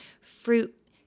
fruit